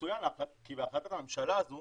יצויין כי בהחלטת הממשלה הזו